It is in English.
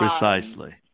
Precisely